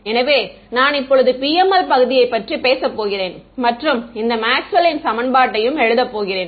எனவே நான் இப்போது PML பகுதியைப் பற்றி பேச போகிறேன் மற்றும் இந்த மேக்ஸ்வெல்லின் சமன்பாட்டையும் எழுதப் போகிறேன்